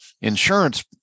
insurance